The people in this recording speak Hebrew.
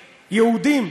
'יהודים',